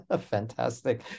fantastic